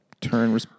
turn